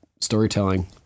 storytelling